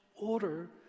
order